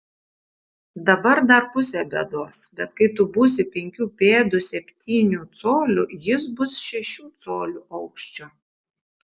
dabar dar pusė bėdos bet kai tu būsi penkių pėdų septynių colių jis bus šešių colių aukščio